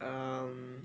um